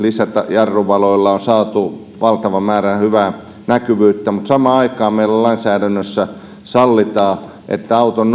jarruvaloilla on saatu valtava määrä hyvää näkyvyyttä mutta samaan aikaan meillä lainsäädännössä sallitaan että auton